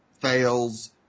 fails